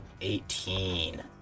eighteen